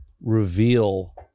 reveal